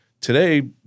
today